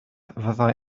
fyddai